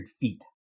feet